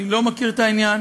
אני לא מכיר את העניין,